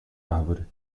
árvore